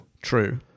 True